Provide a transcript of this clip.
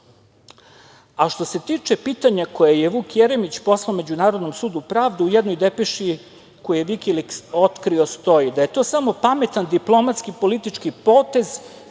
se tiče pitanja koje je Vuk Jeremić poslao Međunarodnom sudu pravde, u jednoj depeši koju je Vikiliks otkrio stoji da je to samo pametan, diplomatski, politički potez